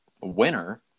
winner